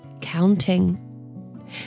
counting